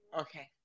Okay